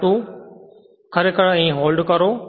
અહી ખરેખર હોલ્ડ કરો